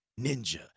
Ninja